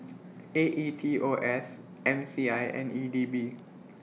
A E T O S M C I and E D B